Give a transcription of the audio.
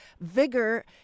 vigor